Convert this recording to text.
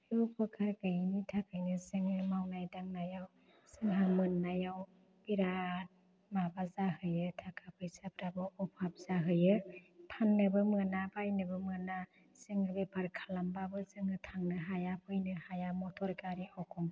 बे अफखार गैयैनि थाखायनो जोङो मावनाय दांनायाव जोंहा मोन्नायाव बेराद माबा जाहैयो ताखा फैसाफ्राबो अभाब जाहैयो फान्नोबो मोना बायनोबो मोना जोङो बेफार खालामबाबो जोङो थांनो हाया फैनो हाया मटर गारि एखमबा